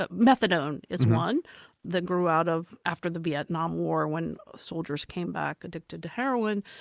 ah methadone is one that grew out of after the vietnam war when soldiers came back addicted to heroin.